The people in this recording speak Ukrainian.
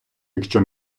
якщо